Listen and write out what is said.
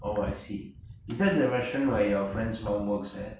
oh I see is that the restaurant where your friend's mom works at